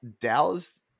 Dallas